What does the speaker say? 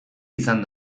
izan